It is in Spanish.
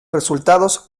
resultados